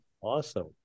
Awesome